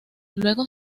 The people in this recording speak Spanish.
luego